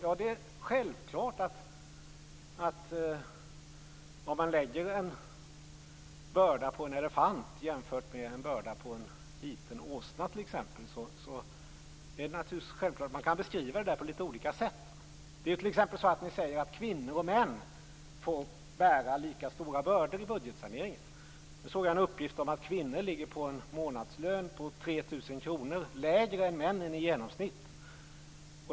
Men det är skillnad på att lägga en börda på en elefant och på en liten åsna. Man kan naturligtvis beskriva det på litet olika sätt. Ni säger t.ex. att kvinnor och män fått bära lika stora bördor för budgetsaneringen. Jag såg en uppgift om att kvinnorna ligger på en 3 000 kr lägre månadslön än männen i genomsnitt.